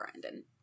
Brandon